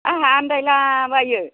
आंहा आन्दायला बायो